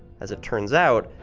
as it turns out,